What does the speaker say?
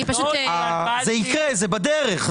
זה יקרה, זה בדרך.